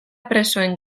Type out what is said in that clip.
presoen